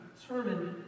determined